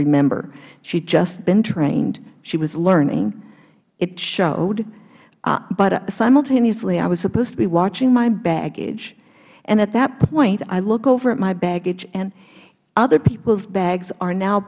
remember she had just been trained she was learning it showed but simultaneously i was supposed to be watching my baggage and at that point i look over at my baggage and other people's bags are now